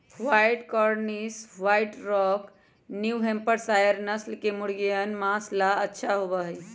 white Cornish, White Rock, New Hampshire नस्ल के मुर्गियन माँस ला अच्छा होबा हई